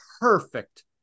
perfect